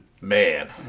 Man